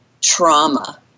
trauma